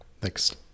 Thanks